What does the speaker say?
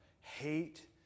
hate